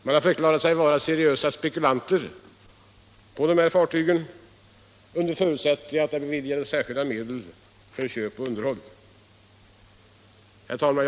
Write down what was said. Man har förklarat sig vara seriös spekulant på dem under förutsättning att särskilda medel beviljas för köp och underhåll. Herr talman!